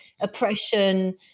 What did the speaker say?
oppression